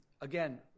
Again